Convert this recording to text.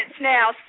now